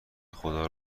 خدا